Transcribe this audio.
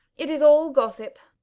it is all gossip.